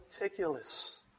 meticulous